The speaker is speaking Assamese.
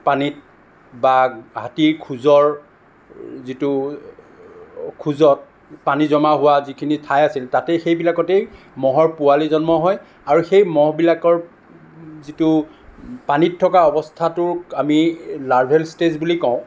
পানীত বা হাতীৰ খোঁজৰ যিটো খোঁজত পানী জমা হোৱা যিখিনি ঠাই আছিল তাতেই সেইবিলাকতেই মহৰ পোৱালী জন্ম হয় আৰু সেই মহবিলাকৰ যিটো পানীত থকা অৱস্থাটোক আমি লাৰ্ভেল ষ্টেজ বুলি কওঁ